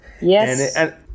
Yes